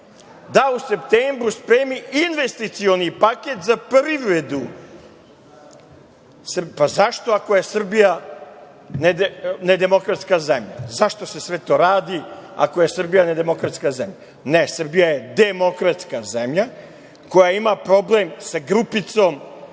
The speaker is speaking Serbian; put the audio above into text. da u septembru spremi investicioni paket za privredu. Zašto ako je Srbija nedemokratska zemlja? Zašto se sve to radi ako je Srbija nedemokratska zemlja? Ne, Srbija je demokratska zemlja koja ima problem sa grupicom